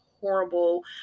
horrible